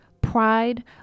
pride